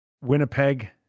Winnipeg